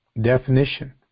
definition